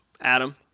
Adam